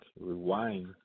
rewind